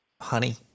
honey